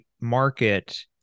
market